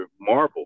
Marvel